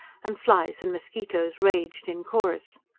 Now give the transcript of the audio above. and flies and mosquitoes raged in chorus.